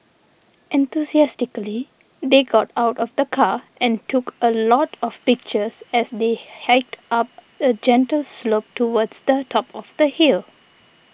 enthusiastically they got out of the car and took a lot of pictures as they hiked up a gentle slope towards the top of the hill